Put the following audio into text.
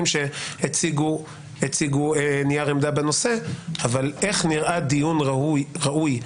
שהציגו נייר עמדה בנושא איך נראה דיון ראוי,